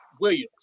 Williams